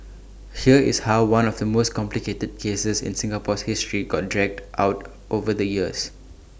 here is how one of the most complicated cases in Singapore's history got dragged out over the years